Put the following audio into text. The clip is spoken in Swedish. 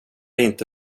inte